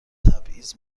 تبعیض